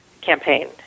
campaign